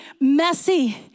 messy